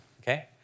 okay